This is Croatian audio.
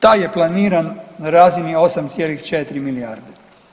Taj je planiran na razini 8,4 milijarde.